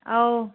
ꯑꯧ